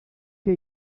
què